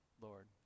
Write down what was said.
Lord